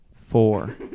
four